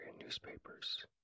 newspapers